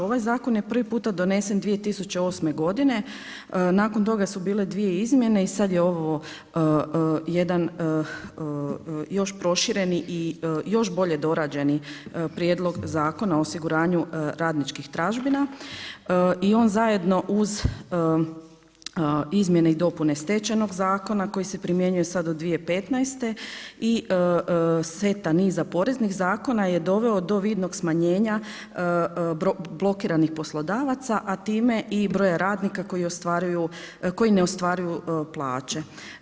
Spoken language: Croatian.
Ovaj zakon je prvi puta donesen 2008. godine, nakon toga su bile dvije izmjene i sada je ovo jedan još prošireni i još bolje dorađeni Prijedlog zakona o osiguranju radničkih tražbina i on zajedno uz izmjene i dopune Stečajnog zakona koji se primjenjuje sada od 2015. i seta niza poreznih zakona je doveo do vidnog smanjenja blokiranih poslodavaca, a time i broja radnika koji ne ostvaruju plaće.